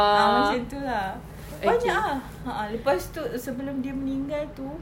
ah macam itu ah banyak ah a'ah lepas itu sebelum dia meninggal tu